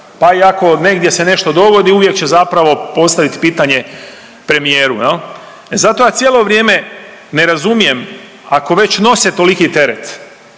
Pa i ako negdje se nešto dogodi, uvijek će zapravo postaviti pitanje premijeru. Zato ja cijelo vrijeme ne razumijem, ako već nose toliki teret